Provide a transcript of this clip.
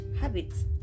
habits